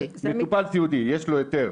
מטופל סיעודי, יש לו היתר,